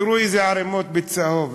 תראו איזה ערימות בצהוב,